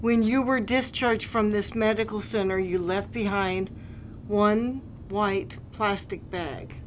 when you were discharged from this medical center you left behind one white plastic bag